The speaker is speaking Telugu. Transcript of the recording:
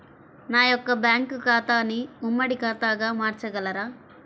నా యొక్క బ్యాంకు ఖాతాని ఉమ్మడి ఖాతాగా మార్చగలరా?